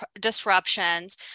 disruptions